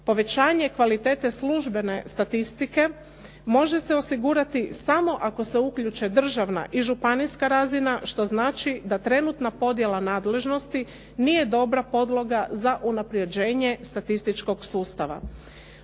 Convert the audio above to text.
Povećanje kvalitete službene statistike može se osigurati samo ako se uključe državna i županijska razina, što znači da trenutna podjela nadležnosti nije dobra podloga za unapređenje statističkog sustava.